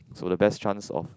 so the best chance of